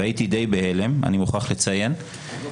ואני מוכרח לציין שהייתי די בהלם.